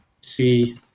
see